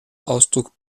ausdruck